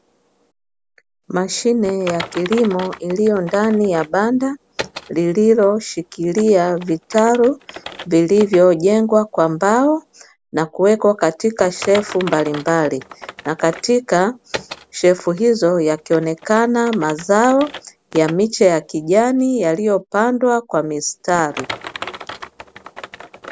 Mashine ya kilimo iliyo ndani ya banda lililoshikilia vitalu vilivyojengwa kwa mbao na kuwekwa katika shelfu mbalimbali, na katika shelfu hizo yakionekana mazao ya miche ya kijani yaliyopandwa kwa mistari.